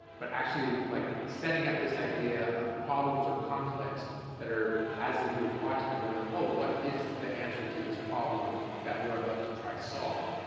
but actually like setting up this idea of problems or conflicts that are, as the viewer is watching, they're going, like oh, what is the answer to this problem that we're about to try to solve?